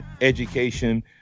education